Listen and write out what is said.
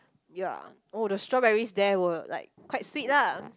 ya oh the strawberries there were like quite sweet lah